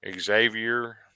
Xavier